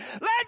Let